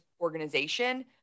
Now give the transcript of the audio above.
organization